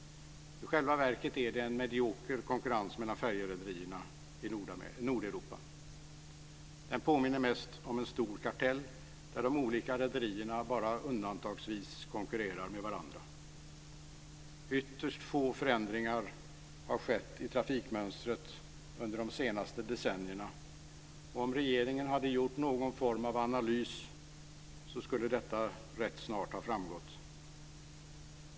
I själva verket är det en medioker konkurrens mellan färjerederierna i Nordeuropa. Den påminner mest om en stor kartell, där de olika rederierna bara undantagsvis konkurrerar med varandra. Ytterst få förändringar har skett i trafikmönstret under de senaste decennierna, och om regeringen hade gjort någon form av analys skulle detta rätt snart ha framgått.